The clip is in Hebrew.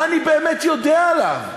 מה אני באמת יודע עליו?